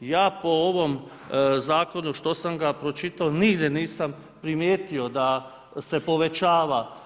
Ja po ovom zakonu što sam ga pročitao, nigdje nisam primijetio da se povećava